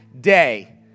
day